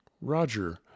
Roger